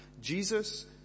Jesus